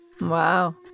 Wow